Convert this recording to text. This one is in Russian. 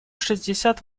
шестьдесят